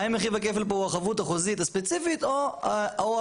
האם רכיב הכפל הוא החבות החוזית הספציפית או העובדה